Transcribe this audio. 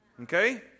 Okay